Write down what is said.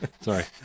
Sorry